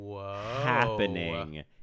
happening